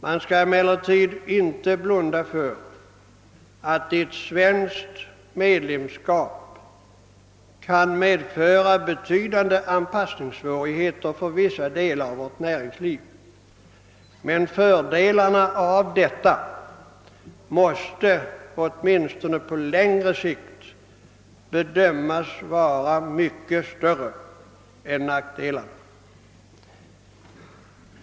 Man skall inte blunda för att ett svenskt medlemskap kan medföra betydande anpassningssvårigheter för vissa delar av vårt näringsliv, men fördelarna måste åtminstone på längre sikt bedömas vara mycket större än nackdelarna.